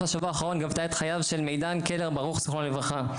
השבוע האחרון גבתה את חייו של מידן קלר זכרונו לברכה.